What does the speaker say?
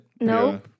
No